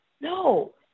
No